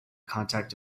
contact